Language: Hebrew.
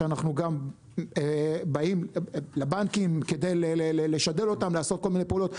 שאנחנו גם באים לבנקים כדי לשדל אותם לעשות כל מיני פעולות.